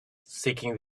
seeking